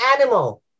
animal